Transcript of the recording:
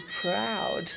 proud